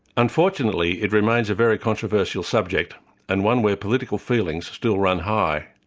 unfortunately, it remains a very controversial subject and one where political feelings still run high.